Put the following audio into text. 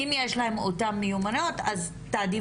אם יש להם אותן מיומנויות אז תעדיף